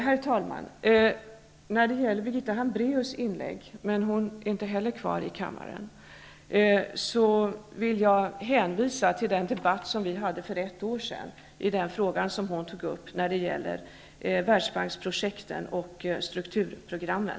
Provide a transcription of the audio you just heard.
Herr talman! När det gäller Birgitta Hambraeus inlägg -- hon är inte heller kvar i kammaren -- och det hon sade om Världsbanksprojekten och strukturprogrammen, vill jag hänvisa till den debatt som vi hade för ett år sedan.